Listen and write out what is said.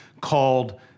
called